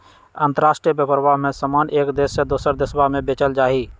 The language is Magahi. अंतराष्ट्रीय व्यापरवा में समान एक देश से दूसरा देशवा में बेचल जाहई